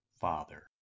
Father